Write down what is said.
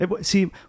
See